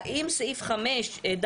האם סעיף 5(ד)(1)